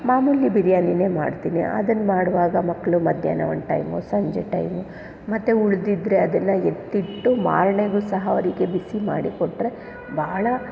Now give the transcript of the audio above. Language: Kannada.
ಮಾಮೂಲಿ ಬಿರಿಯಾನಿ ಮಾಡ್ತೀನಿ ಅದನ್ನ ಮಾಡುವಾಗ ಮಕ್ಕಳು ಮಧ್ಯಾಹ್ನ ಒಂದು ಟೈಮು ಸಂಜೆ ಟೈಮು ಮತ್ತು ಉಳಿದಿದ್ರೆ ಅದನ್ನ ಎತ್ತಿಟ್ಟು ಮಾರ್ನೇಗು ಸಹ ಅವರಿಗೆ ಬಿಸಿ ಮಾಡಿ ಕೊಟ್ಟರೆ ಬಹಳ